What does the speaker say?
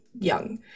young